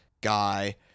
guy